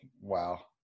wow